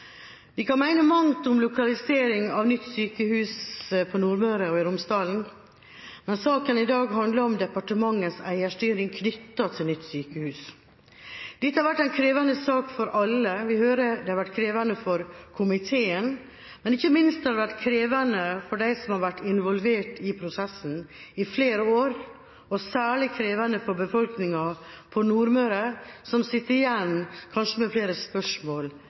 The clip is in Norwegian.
Vi kan mene mangt om lokalisering av nytt sykehus i Nordmøre og Romsdal, men saken i dag handler om departementets eierstyring knyttet til nytt sykehus. Dette har vært en krevende sak for alle. Vi hører at det har vært krevende for komiteen, men ikke minst har det vært krevende for dem som har vært involvert i prosessen i flere år, og særlig krevende for befolkninga på Nordmøre, som kanskje sitter igjen med flere spørsmål